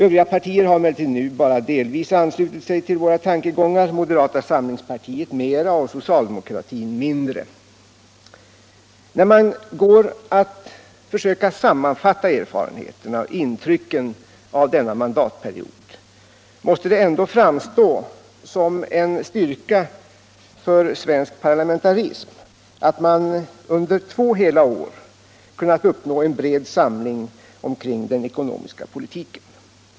Övriga partier har emellertid nu bara delvis anslutit sig till våra tankegångar, moderata samlingspartiet mera och socialdemokratiska partiet mindre. När man går att försöka sammanfatta erfarenheterna och intrycken av denna mandatperiod måste det ändå framstå som en styrka för svensk parlamentarism att man under två hela år har kunnat uppnå en bred samling omkring den ekonomiska politiken.